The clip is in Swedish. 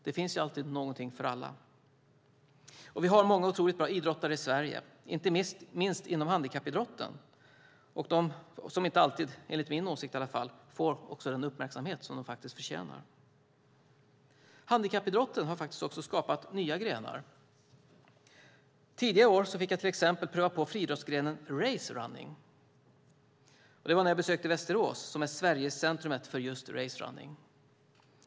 Det finns alltid någonting för alla. Vi har många otroligt bra idrottare i Sverige, inte minst inom handikappidrotten, som i alla fall enligt min åsikt inte alltid får den uppmärksamhet de förtjänar. Handikappidrotten har också skapat nya grenar. Tidigare i år fick jag till exempel pröva på friidrottsgrenen racerunning när jag besökte Västerås, som är Sverigecentrum för just racerunning.